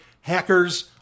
Hackers